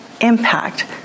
Impact